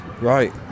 right